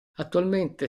attualmente